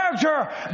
character